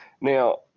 Now